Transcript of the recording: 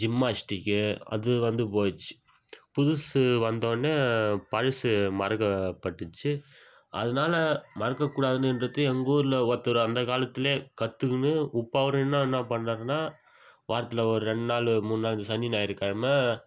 ஜிம்மாஸ்டிக்கு அது வந்து போச்சு புதுசு வந்தோடனே பழசு மறக்கப்பட்டுடுச்சு அதனால மறக்கக்கூடாதுன்றது எங்கூரில் ஒருத்தர் அந்த காலத்துலேயே கற்றுக்குன்னு இப்போது அவர் என்னென்ன பண்ணுறாருன்னா வாரத்தில் ஒரு ரெண்டு நாள் மூணு நாள் இந்த சனி ஞாயிற்றுக்கெழம